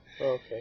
okay